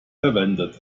verwendet